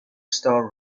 star